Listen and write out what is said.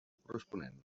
corresponent